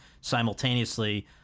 simultaneously